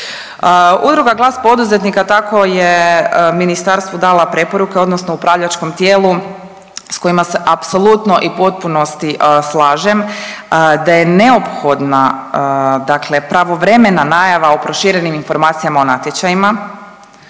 Udruga Glas poduzetnika tako je ministarstvu dana preporuke, odnosno upravljačkom tijelu s kojima se apsolutno i u potpunosti slažem, da je neophodna dakle pravovremena najava o proširenim informacijama o natječajima,